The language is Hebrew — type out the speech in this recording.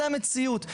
זו המציאות,